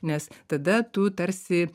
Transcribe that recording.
nes tada tu tarsi